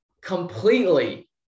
completely